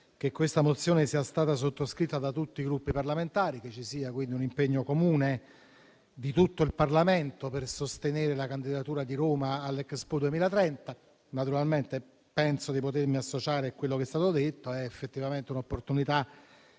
che questa mozione sia stata sottoscritta da tutti i Gruppi parlamentari e che ci sia quindi un impegno comune di tutto il Parlamento per sostenere la candidatura di Roma all'Expo 2030. Naturalmente, penso di potermi associare a quello che è stato detto: è effettivamente un'opportunità